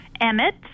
Emmett